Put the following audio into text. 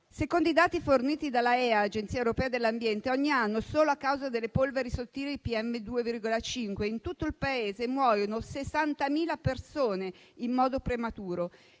Secondo i dati forniti dall'Agenzia europea dell'ambiente (AEA), ogni anno, solo a causa delle polveri sottili PM 2,5, in tutto il Paese muoiono 60.000 persone in modo prematuro.